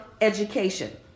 education